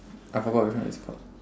I forgot which one it's called